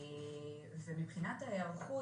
מבחינת ההיערכות,